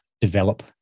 develop